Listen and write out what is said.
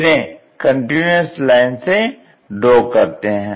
जिन्हें continuous line से draw करते हैं